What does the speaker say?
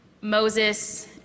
Moses